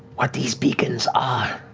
what these beacons are,